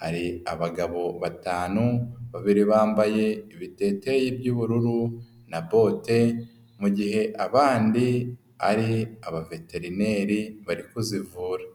hari abagabo batanu, babiri bambaye ibisarubeti by'ubururu na bote, mu gihe abandi ari abaveterineri bari kuzivura.